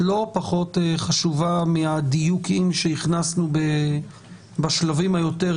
לא פחות חשובה מהדיוקים שהכנסנו בשלבים היותר